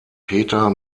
peter